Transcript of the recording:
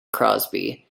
crosby